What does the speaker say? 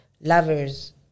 lovers